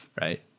right